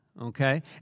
okay